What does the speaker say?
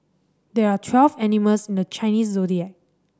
there are twelve animals in the Chinese Zodiac